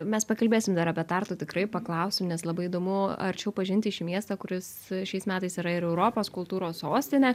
mes pakalbėsim dar apie tartu tikrai paklausiu nes labai įdomu arčiau pažinti šį miestą kuris šiais metais yra ir europos kultūros sostinė